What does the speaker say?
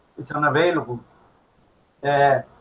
it's unavailable yeah,